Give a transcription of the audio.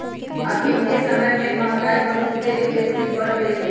अखनिके समय में महंगाई बहुत बेशी बढ़ गेल हइ